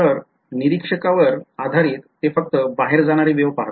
तर निरीक्षकावर आधारित ते फक्त बाहेर जाणारी वेव पाहतो